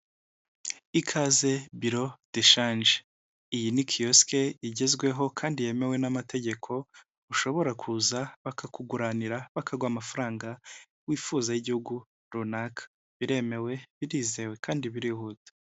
Ikaze biro deshanje, iyi ni kiyosiki igezweho kandi yemewe n'amategeko ushobora kuza bakakuguranira bakaguha amafaranga wifuza y'igihugu runaka biremewe, birizewe, kandi birihuta.